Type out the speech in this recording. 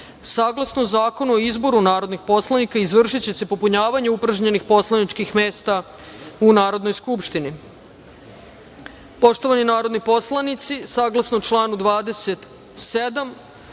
ostavke. Saglasno Zakonu o izboru narodnih poslanika, izvršiće se popunjavanje upražnjenih poslaničkih mesta u Narodnoj skupštini. Poštovani narodni poslanici, saglasno članu 27.